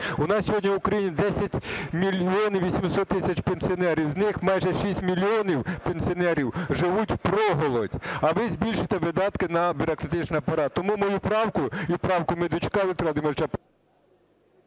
У нас сьогодні в Україні 10 мільйонів 800 тисяч пенсіонерів, з них майже 6 мільйонів пенсіонерів живуть впроголодь. А ви збільшуєте видатки на бюрократичний апарат. Тому мою правку і правку Медведчука Віктора